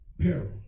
peril